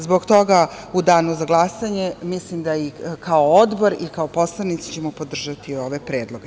Zbog toga u danu za glasanje, mislim, i kao Odbor i kao poslanici ćemo podržati ove predloge.